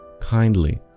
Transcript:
kindly